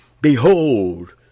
Behold